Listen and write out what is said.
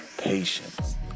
patience